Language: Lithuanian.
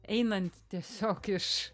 einant tiesiog iš